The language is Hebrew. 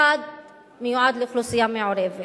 אחד מיועד לאוכלוסייה מעורבת,